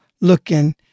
looking